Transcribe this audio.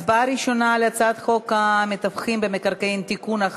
הצבעה ראשונה: על הצעת חוק המתווכים במקרקעין (תיקון,